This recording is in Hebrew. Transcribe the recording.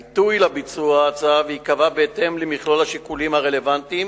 העיתוי לביצוע הצו ייקבע בהתאם למכלול השיקולים הרלוונטיים